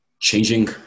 changing